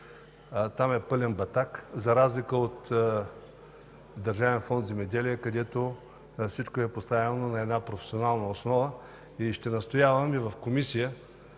Там е пълен батак, за разлика от Държавен фонд „Земеделие“, където всичко е поставено на професионална основа. И в Комисия